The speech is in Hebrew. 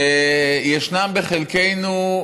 יש כאלה, חלקנו,